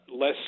less